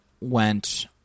went